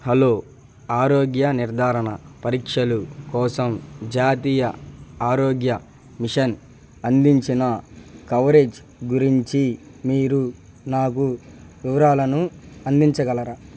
hello ఆరోగ్య నిర్ధారణ పరీక్షలు కోసం జాతీయ ఆరోగ్య మిషన్ అందించిన కవరేజ్ గురించి మీరు నాకు వివరాలను అందించగలరా